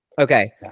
okay